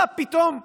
מה פתאום אתה,